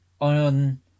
on